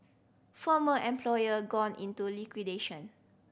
former employer gone into liquidation